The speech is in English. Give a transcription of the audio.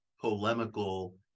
polemical